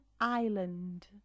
Island